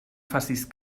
facis